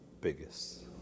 biggest